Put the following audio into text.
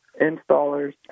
installers